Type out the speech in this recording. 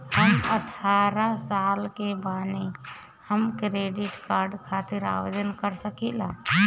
हम अठारह साल के बानी हम क्रेडिट कार्ड खातिर आवेदन कर सकीला?